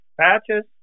patches